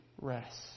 rest